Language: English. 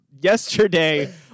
yesterday